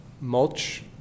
Mulch